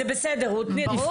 תודה.